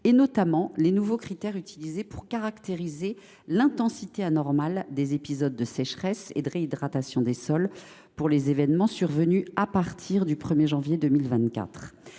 et notamment les nouveaux critères utilisés pour caractériser l’intensité anormale des épisodes de sécheresse et de réhydratation des sols pour ce qui est des événements survenus à partir du 1 janvier 2024.